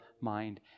mind